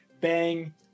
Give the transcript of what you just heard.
bang